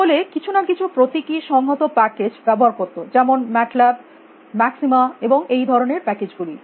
সকলে কিছু না কিছু প্রতীকী সংহত প্যাকেজ ব্যবহার করত যেমন ম্যাট ল্যাব ম্যাক্সিমা এবং এই ধরনের প্যাকেজ গুলি